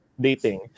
dating